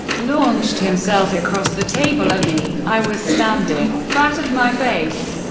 launched himself across the table at me i was standing battered my face,